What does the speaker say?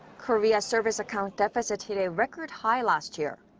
korea's service account deficit hit a record high last year.